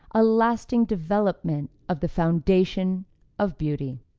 a lasting development of the foundation of beauty.